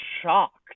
shocked